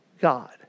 God